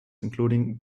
including